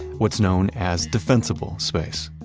what's known as defensible space.